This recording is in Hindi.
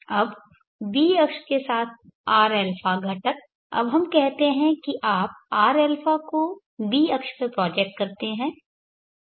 अब b अक्ष के साथ rα घटक अब हम कहते है की आप rα को b अक्ष पर प्रोजेक्ट करते हैं